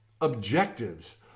objectives